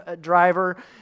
driver